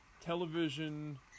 television